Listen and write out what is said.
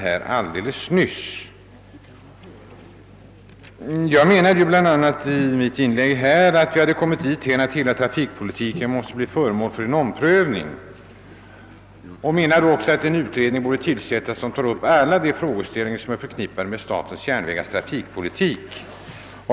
Jag ville med mitt inlägg bl.a. framhålla, att vi kommit dithän att hela trafikpolitiken måste omprövas, och jag framhöll också, att en utredning borde tillsättas som tar upp alla de frågeställningar som är förknippade med SJ:s trafikpolitik.